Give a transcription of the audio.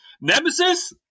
Nemesis